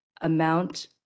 amount